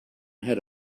head